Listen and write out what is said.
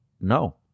No